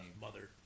mother